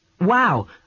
Wow